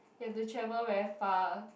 you have to travel very far